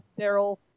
Daryl